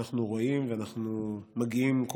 אנחנו רואים ואנחנו מגיעים,